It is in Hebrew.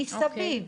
מסביב,